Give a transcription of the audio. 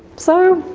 so,